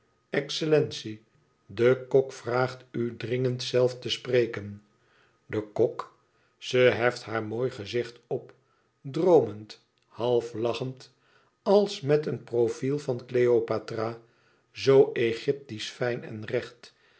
excellentie de kok vraagt u dringend zelf te spreken de kok ze heft haar mooi gezicht op droomend half lachend als met een profiel van cleopatra zoo egyptisch fijn en recht